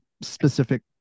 specific